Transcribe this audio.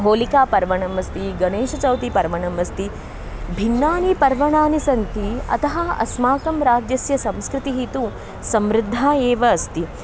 होलिकापर्व अस्ति गणेशचौतिपर्व अस्ति भिन्नानि पर्वाणि सन्ति अतः अस्माकं राज्यस्य संस्कृतिः तु समृद्धा एव अस्ति